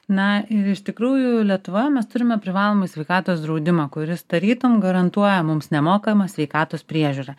na ir iš tikrųjų lietuvoje mes turime privalomąjį sveikatos draudimą kuris tarytum garantuoja mums nemokamą sveikatos priežiūrą